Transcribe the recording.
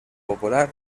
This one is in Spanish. popular